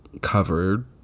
covered